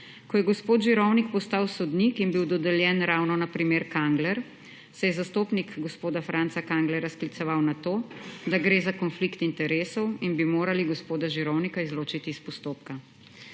Ko je gospod Žirovnik postal sodnik in bil dodeljen ravno na primer Kangler, se je zastopnik gospoda Franca Kanglerja skliceval na to, da gre za konflikt interesov in bi morali gospoda Žirovnika izločiti iz postopka.